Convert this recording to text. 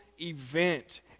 event